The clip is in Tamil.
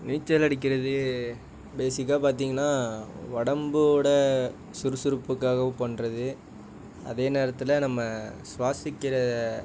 நீச்சல் அடிக்கிறது பேஸிக்காக பார்த்தீங்கன்னா உடம்போட சுறுசுறுப்புக்காகவும் பண்ணுறது அதே நேரத்தில் நம்ம சுவாசிக்கிற